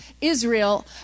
Israel